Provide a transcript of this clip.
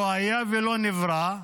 לא היה ולא נברא,